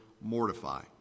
mortify